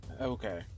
Okay